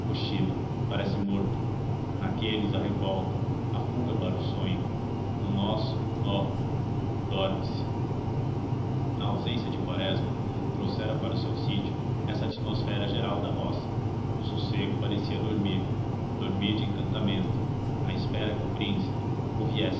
cochila parece morto naqueles há revolta há fuga para o sonho no nosso oh dorme se a ausência de quaresma trouxera para o seu sítio essa atmosfera geral da roça o sossego parecia dormir dormir de encantamento à espera que o príncipe o viesse